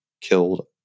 killed